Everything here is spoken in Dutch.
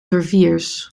verviers